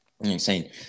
insane